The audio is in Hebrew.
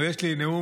יש לי נאום,